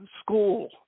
school